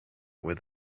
with